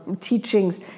teachings